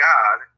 God